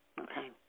Okay